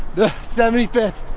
the seventy fifth,